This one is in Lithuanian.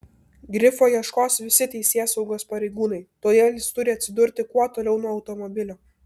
grifo ieškos visi teisėsaugos pareigūnai todėl jis turi atsidurti kuo toliau nuo automobilio